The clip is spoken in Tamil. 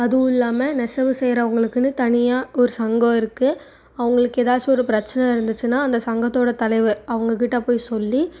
அதுவும் இல்லாம நெசவு செய்றவங்களுக்குனு தனியாக ஒரு சங்கம் இருக்கு அவங்களுக்கு ஏதாச்சும் ஒரு பிரச்சனை இருந்துச்சின்னா அந்த சங்கத்தோட தலைவர் அவங்கக்கிட்ட போய் சொல்லி